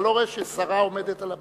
אתה לא רואה ששרה עומדת על הבמה?